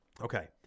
Okay